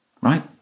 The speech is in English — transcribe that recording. right